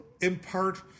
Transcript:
impart